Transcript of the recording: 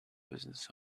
business